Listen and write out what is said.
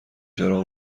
چراغ